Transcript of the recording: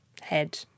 head